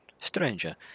Stranger